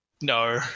No